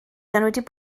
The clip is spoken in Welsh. newyddion